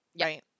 right